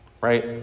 Right